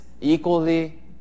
equally